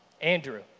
Andrew